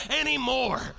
anymore